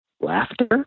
laughter